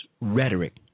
rhetoric